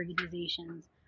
organizations